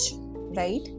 right